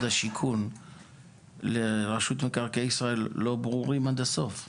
השיכון לרשות מקרקעי ישראל לא ברורים עד הסוף.